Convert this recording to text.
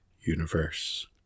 universe